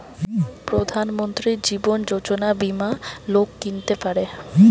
প্রধান মন্ত্রী জীবন যোজনা বীমা লোক কিনতে পারে